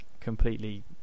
completely